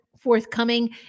forthcoming